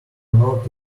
not